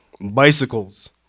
bicycles